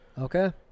Okay